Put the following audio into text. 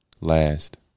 last